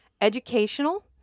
educational